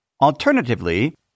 Alternatively